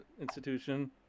institution